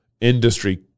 industry